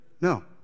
No